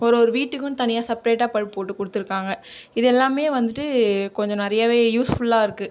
ஒரு ஒரு வீட்டுக்கும் தனியாக செப்பரேட்டாக பைப் போட்டு கொடுத்துருக்காங்க இது எல்லாமே வந்துட்டு கொஞ்சம் நிறையவே யூஸ்ஃபுல்லாக இருக்கு